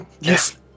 Yes